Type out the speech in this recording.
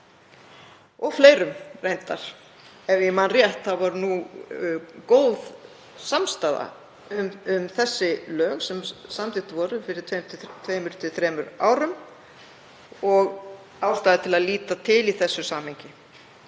af fleirum. Ef ég man rétt var góð samstaða um þessi lög, sem samþykkt voru fyrir tveimur til þremur árum og ástæða til að líta til í þessu samhengi.